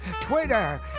Twitter